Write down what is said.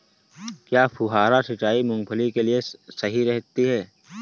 क्या फुहारा सिंचाई मूंगफली के लिए सही रहती है?